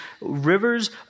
rivers